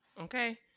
Okay